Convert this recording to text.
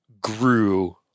grew